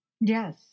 Yes